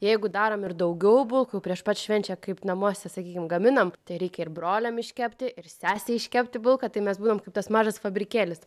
jeigu darom ir daugiau bulkų prieš pat švenčia kaip namuose sakykim gaminam tai reikia ir broliam iškepti ir sesei iškepti bulką tai mes būnam kaip tas mažas fabrikėlis